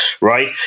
Right